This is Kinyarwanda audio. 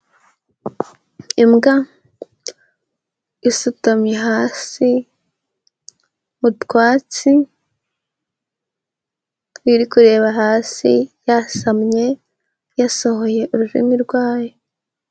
Imbwa isutamye hasi mu twatsi, iri kureba hasi yasamye, yasohoye ururimi rwayo.